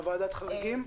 בוועדת חריגים?